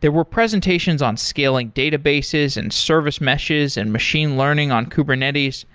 there were presentations on scaling databases and service meshes and machine learning on kubernetes